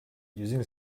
using